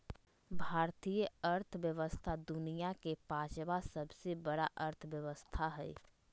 भारतीय अर्थव्यवस्था दुनिया के पाँचवा सबसे बड़ा अर्थव्यवस्था हय